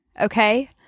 okay